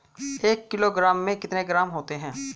एक किलोग्राम में कितने ग्राम होते हैं?